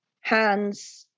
hands